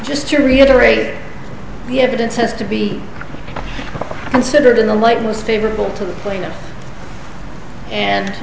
just to reiterate the evidence has to be considered in the light most favorable to the plaintiff and